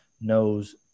knows